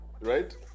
right